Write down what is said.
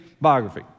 biography